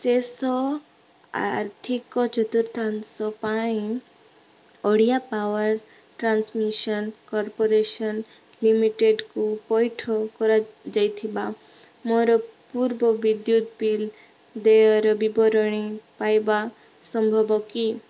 ଶେଷ ଆର୍ଥିକ ଚତୁର୍ଥାଂଶ ପାଇଁ ଓଡ଼ିଆ ପାୱାର୍ ଟ୍ରାନ୍ସମିସନ୍ କର୍ପୋରେସନ୍ ଲିମିଟେଡ଼୍କୁ ପଇଠ କରାଯାଇଥିବା ମୋର ପୂର୍ବ ବିଦ୍ୟୁତ ବିଲ୍ ଦେୟର ବିବରଣୀ ପାଇବା ସମ୍ଭବ କି